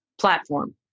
platform